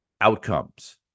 outcomes